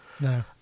No